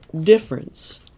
difference